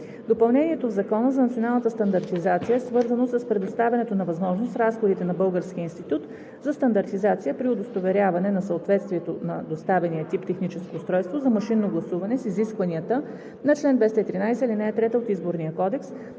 Допълнението в Закона за националната стандартизация е свързано с предоставянето на възможност разходите на Българския институт за стандартизация при удостоверяване на съответствието на доставения тип техническо устройство за машинно гласуване с изискванията на чл. 213, ал. 3 от Изборния кодекс